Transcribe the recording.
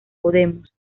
podemos